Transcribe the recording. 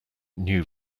knew